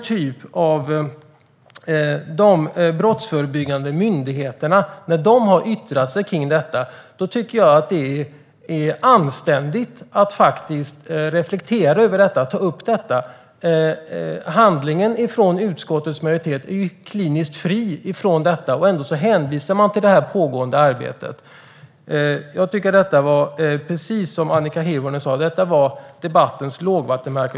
När de brottsförebyggande myndigheterna har yttrat sig om detta tycker jag att det är anständigt att ta upp det. Handlingen från utskottets majoritet är kliniskt fri från detta. Ändå hänvisar man till det pågående arbetet. Jag tycker att detta var debattens lågvattenmärke, precis som Annika Hirvonen sa.